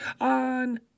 on